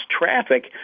traffic